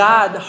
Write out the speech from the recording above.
God